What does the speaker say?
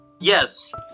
Yes